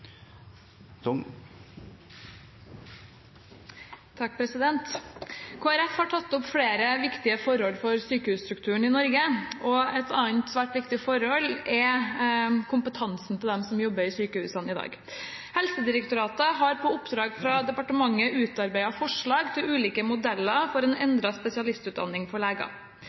har tatt opp flere viktige forhold for sykehusstrukturen i Norge, og et annet svært viktig forhold er kompetansen til dem som jobber i sykehusene i dag. Helsedirektoratet har på oppdrag fra departementet utarbeidet forslag til ulike modeller for en endret spesialistutdanning for